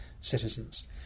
citizens